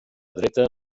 dreta